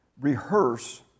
rehearse